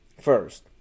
first